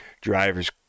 Drivers